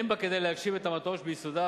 אין בה כדי להגשים את המטרות שביסודה,